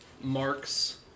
marks